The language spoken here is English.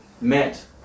met